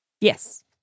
Yes